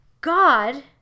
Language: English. God